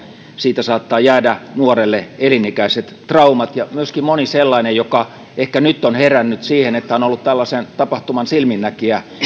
siitä saattaa jäädä nuorelle elinikäiset traumat ja myöskin moni sellainen joka ehkä nyt on herännyt siihen että on ollut tällaisen tapahtuman silminnäkijä